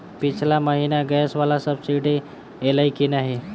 पिछला महीना गैस वला सब्सिडी ऐलई की नहि?